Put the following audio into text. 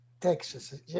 Texas